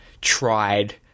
tried